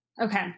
Okay